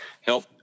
help